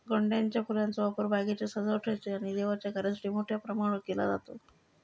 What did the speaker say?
गोंड्याच्या फुलांचो वापर बागेच्या सजावटीसाठी आणि देवाच्या कार्यासाठी मोठ्या प्रमाणावर केलो जाता